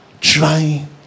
trying